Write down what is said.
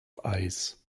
eis